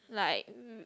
like